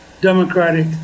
Democratic